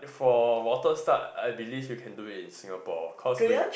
for water start I believe you can do it in Singapore cause we